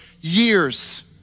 years